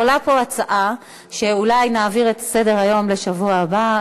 עולה פה הצעה שאולי נעביר את סדר-היום לשבוע הבא,